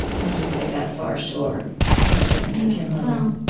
what'd you say, that far shore of caregiving with your mother, um